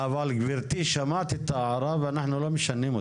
גברתי, שמעתי את ההערה ואנחנו לא משנים.